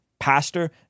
Pastor